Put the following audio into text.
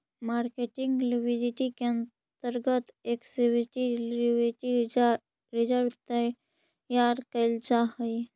marketing liquidity के अंतर्गत explicit liquidity reserve तैयार कैल जा हई